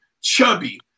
chubby